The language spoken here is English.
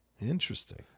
Interesting